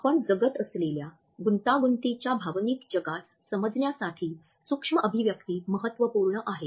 आपण जगत असलेल्या गुंतागुंतीच्या भावनिक जगास समजण्यासाठी सूक्ष्म अभिव्यक्ती महत्त्वपूर्ण आहेत